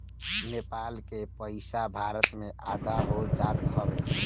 नेपाल के पईसा भारत में आधा हो जात हवे